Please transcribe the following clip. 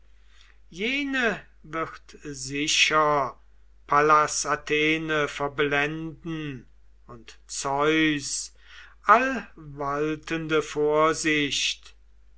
jene wird sicher pallas athene verblenden und zeus allwaltende vorsicht